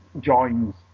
joins